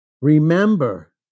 Remember